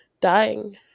dying